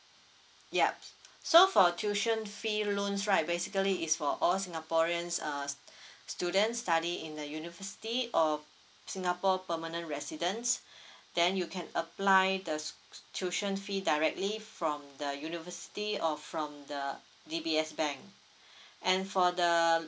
yup so for tuition fee loans right basically is for all singaporeans uh students study in a university or singapore permanent residents then you can apply the tuition fee directly from the university or from the D_B_S bank and for the